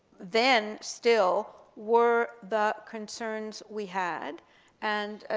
then, still, were the concerns we had and,